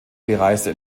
bereiste